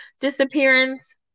disappearance